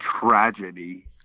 tragedy